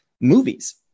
movies